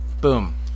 Boom